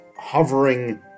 hovering